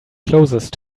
closest